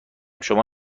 شما